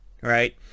right